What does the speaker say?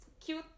cute